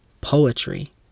poetry